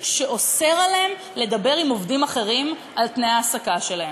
שאוסר עליהם לדבר עם עובדים על תנאי ההעסקה שלהם,